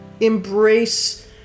embrace